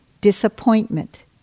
Disappointment